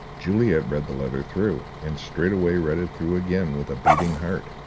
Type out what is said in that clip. juliet read the letter through, and straightway read it through again, with a beating heart.